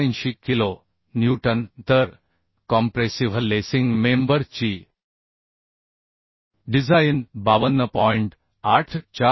84 kilo newton तर compressive lacing member ची design 52